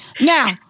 now